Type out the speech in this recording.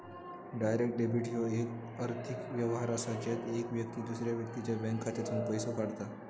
direct debit ह्यो येक आर्थिक व्यवहार असा ज्यात येक व्यक्ती दुसऱ्या व्यक्तीच्या बँक खात्यातसूनन पैसो काढता